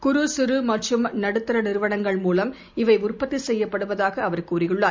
குறு சிறுமற்றும் நடுத்தரநிறுவனங்கள் மூலம் இவை உற்பத்திசெய்யப்படுவதாகஅவர் கூறியுள்ளார்